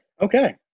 Okay